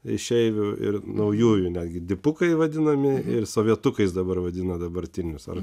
išeivių ir naujųjų netgi dipukai vadinami ir sovietukais dabar vadina dabartinius ar